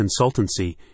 Consultancy